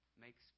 makes